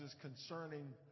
concerning